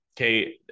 okay